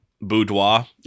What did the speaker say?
boudoir